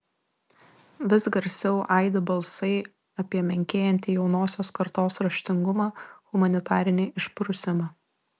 vis garsiau aidi balsai apie menkėjantį jaunosios kartos raštingumą humanitarinį išprusimą